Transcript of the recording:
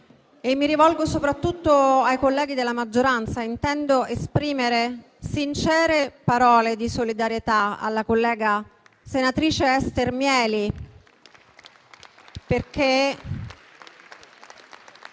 Mi rivolgo soprattutto ai colleghi della maggioranza. Intendo esprimere sincere parole di solidarietà alla collega senatrice Ester Mieli, perché